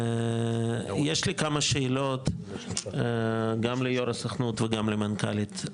יש לי כמה שאלות גם ליו"ר הסוכנות וגם למנכ"לית.